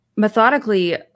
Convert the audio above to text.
methodically